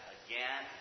again